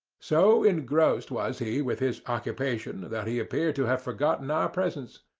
so engrossed was he with his occupation that he appeared to have forgotten our presence,